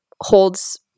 holds